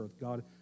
God